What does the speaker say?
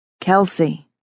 Kelsey